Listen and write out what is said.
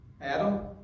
Adam